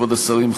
כבוד השרים,